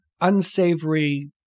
unsavory